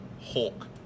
Hulk